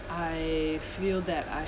I feel that I